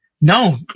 No